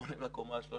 הם עולים לקומה ה-13,